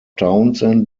townsend